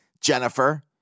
Jennifer